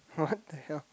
what the hell